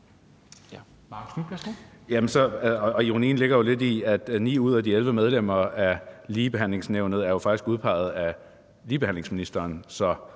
Ironien ligger jo lidt i, at 9 ud af de 11 medlemmer af Ligebehandlingsnævnet faktisk er udpeget af ligestillingsministeren,